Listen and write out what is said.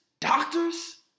doctors